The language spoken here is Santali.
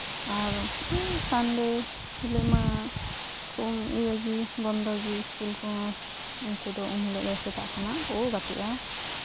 ᱟᱨ ᱥᱟᱱᱰᱮ ᱦᱤᱞᱚᱜ ᱢᱟ ᱠᱷᱩᱵ ᱤᱭᱟᱹᱜᱮ ᱵᱚᱱᱫᱚ ᱜᱮ ᱥᱠᱩᱞ ᱠᱚ ᱩᱱᱠᱩ ᱫᱚ ᱤᱱᱦᱤᱞᱳᱜ ᱫᱚ ᱥᱮᱛᱟᱜ ᱠᱷᱚᱱᱟᱜ ᱠᱚ ᱜᱟᱛᱮᱜᱼᱟ